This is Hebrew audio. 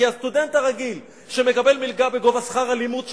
כי הסטודנט הרגיל שמקבל מלגה בגובה שכר הלימוד שלו,